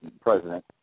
president